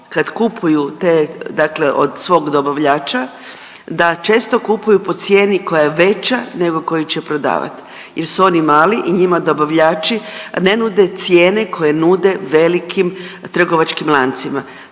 kad kupuju te dakle od svog dobavljača da često kupuju po cijeni koja je veća nego koju će prodavat jer su oni mali i njima dobavljači ne nude cijene koje nude velikim trgovačkim lancima.